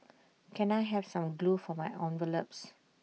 can I have some glue for my envelopes